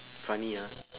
funny ah